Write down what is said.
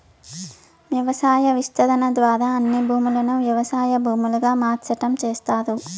వ్యవసాయ విస్తరణ ద్వారా అన్ని భూములను వ్యవసాయ భూములుగా మార్సటం చేస్తారు